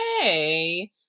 hey